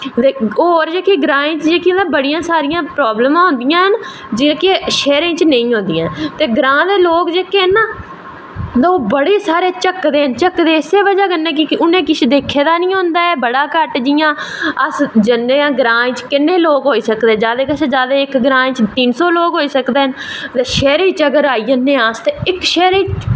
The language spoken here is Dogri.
होर जेह्कियां ग्राएं च बड़ियां सारियां प्रावलमां होंदियां न जेह्कियां शैह्रें च नेईं होंदियां न ग्रांऽ दे लोग जेह्के न ना ओह् बड़े सारे झकदे न झकदे इस्सै बजाह् कन्नै कि उनें किश दिक्के दा नी होंदा ऐ बड़ा घट्ट जियां अस जन्ने आं ग्रांऽ च किन्ने लोग होई सकदे जादा कशा दा जादा इक ग्रांऽ च तिन्न सौ लोग होई सकदे न शैह्रे च अगर आई जन्ने आं अस ते इक शैह्रे च